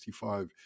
1965